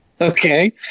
okay